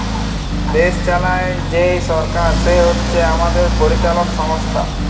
দেশ চালায় যেই সরকার সে হচ্ছে আমাদের পরিচালক সংস্থা